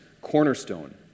cornerstone